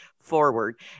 forward